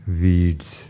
weeds